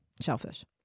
shellfish